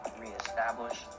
reestablish